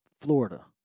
Florida